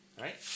Right